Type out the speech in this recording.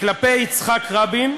כלפי יצחק רבין,